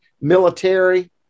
military